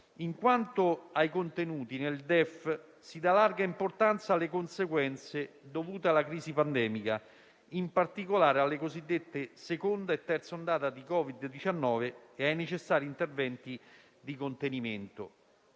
Quanto ai contenuti, nel DEF si dà larga importanza alle conseguenze dovute alla crisi pandemica, in particolare alle cosiddette seconda e terza ondata di Covid-19 e ai necessari interventi di contenimento.